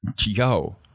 yo